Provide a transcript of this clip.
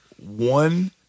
one